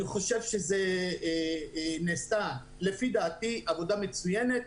אני חושב שנעשתה עבודה מצוינת,